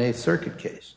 a circuit case